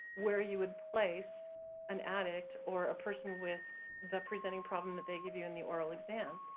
where you would place an addict or a person with the presenting problem that they give you in the oral exam.